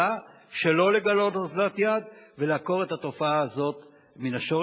שלא לגלות אוזלת יד ולעקור את התופעה הזאת מן השורש.